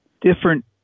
Different